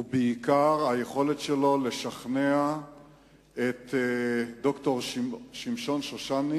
ובעיקר היכולת שלו לשכנע את ד"ר שמשון שושני